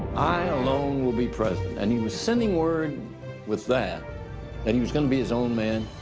i alone will be president. and he was sending word with that that he was gonna be his own man.